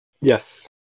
Yes